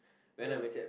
ya